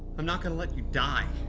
i'm not gonna let you die.